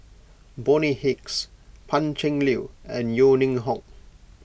Bonny Hicks Pan Cheng Lui and Yeo Ning Hong